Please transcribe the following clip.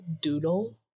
doodle